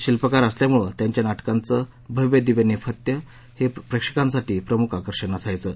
शिल्पकार असल्यामुळे त्यांच्या नाटकांचं भव्य दिव्य नेपथ्य हे प्रेक्षकांसाठी प्रमुख आकर्षण असायचं